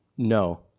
No